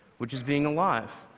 which is being alive.